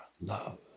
love